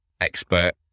expert